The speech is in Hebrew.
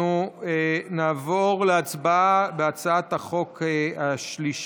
אנחנו נעבור להצבעה על הצעת החוק השלישית,